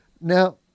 now